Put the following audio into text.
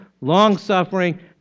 long-suffering